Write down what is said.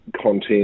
content